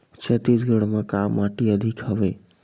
छत्तीसगढ़ म का माटी अधिक हवे?